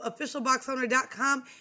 officialboxowner.com